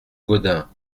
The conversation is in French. gaudin